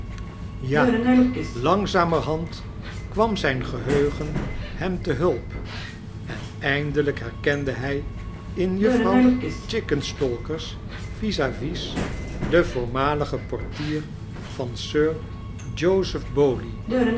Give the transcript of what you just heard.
ja langzamerhand kwam zijn geheugen hem te hulp en edndelijk herkende hij in juffrouw chickenstalker's vis-a-vis den voormaligen portier van sir joseph bowley